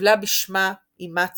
קיבלה בשמה אמה צילה.